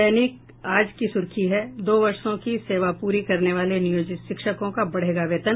दैनिक आज की सुर्खी है दो वर्षो की सेवा पूरी करने वाले नियोजित शिक्षकों का बढ़ेगा वेतन